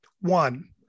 One